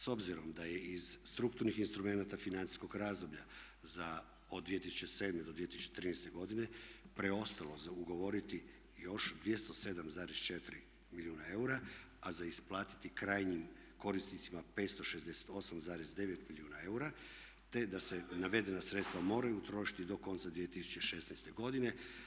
S obzirom da je iz strukturnih instrumenata financijskog razdoblja od 2007. do 2013. godine preostalo za ugovoriti još 207,4 milijuna eura, a za isplatiti krajnjim korisnicima 568,9 milijuna eura, te da se navedena sredstva moraju utrošiti do konca 2016. godine.